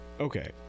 Okay